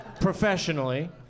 Professionally